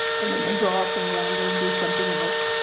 and then they go off and wander and do something else.